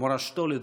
מורשתו לדורות.